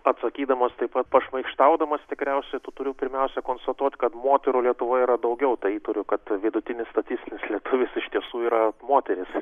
atsakydamas taip pat pašmaikštaudamas tikriausiai turiu pirmiausia konstatuot kad moterų lietuvoje yra daugiau tai įtariu kad vidutinis statistinis lietuvis iš tiesų yra moteris